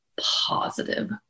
positive